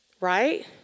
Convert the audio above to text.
Right